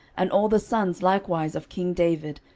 and all the sons likewise of king david,